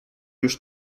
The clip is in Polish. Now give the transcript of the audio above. już